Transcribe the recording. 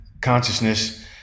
consciousness